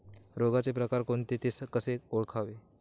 रोगाचे प्रकार कोणते? ते कसे ओळखावे?